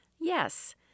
yes